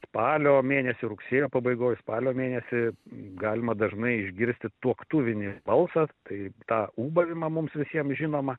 spalio mėnesį rugsėjo pabaigoj spalio mėnesį galima dažnai išgirsti tuoktuvinį balsas tai tą ūbavimą mums visiems žinomą